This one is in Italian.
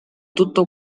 tutto